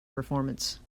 performance